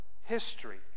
history